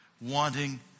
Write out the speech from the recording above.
Wanting